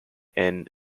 and